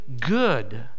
good